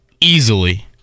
easily